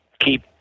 keep